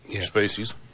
species